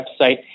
website